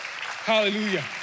Hallelujah